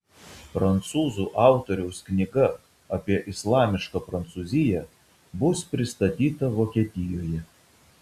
prancūzų autoriaus knyga apie islamišką prancūziją bus pristatyta vokietijoje